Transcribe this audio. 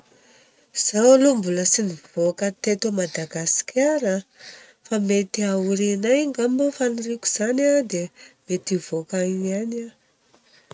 Izaho aloha mbola tsy nivoaka teto Madagasikara a, fa mety aoriana agny angamba. Faniriako izany a dia mety hivoaka agny ihany aho.